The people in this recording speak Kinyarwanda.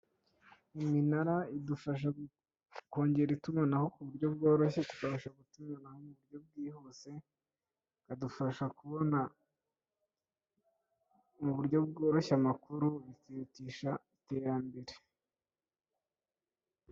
Iminara idufasha kongera itumanaho ku buryo bworoshye, tukabasha gutumanaho mu buryo bwihuse, bikadufasha kubona mu buryo bworoshye amakuru, bikihutisha iterambere.